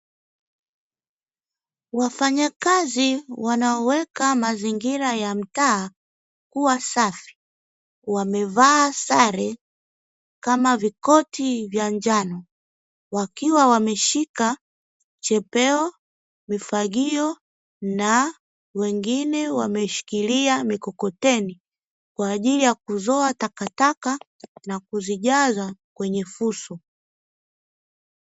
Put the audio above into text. Wafanyakazi wanaoweka mazingira ya mtaa kuwa safi Wamevaa sare kama vikoti vya njano, wakiwa wameshika chepeo, mifagio na wengine wameshikilia mikokoteni kwa ajili ya kuzoa takataka na kuzijaza kwenye fuso.